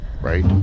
Right